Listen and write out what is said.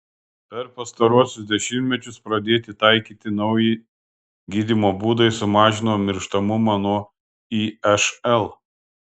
per pastaruosius dešimtmečius pradėti taikyti nauji gydymo būdai sumažino mirštamumą nuo išl